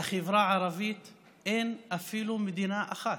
בחברה הערבית אין אפילו מדינה אחת.